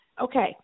Okay